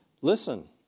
Listen